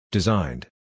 Designed